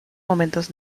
momentos